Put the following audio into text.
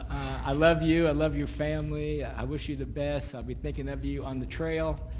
i love you, i love your family, i wish you the best, i'll be thinking of you on the trail,